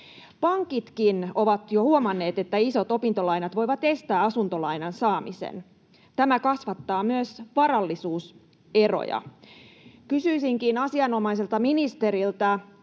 Pankitkin ovat jo huomanneet, että isot opintolainat voivat estää asuntolainan saamisen. Tämä kasvattaa myös varallisuuseroja. Kysyisinkin asianomaiselta ministeriltä: